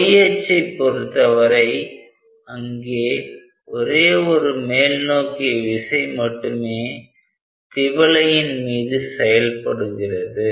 y அச்சை பொருத்தவரை அங்கே ஒரே ஒரு மேல் நோக்கிய விசை மட்டுமே திவலையின் மீது செயல்படுகிறது